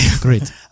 Great